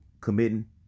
committing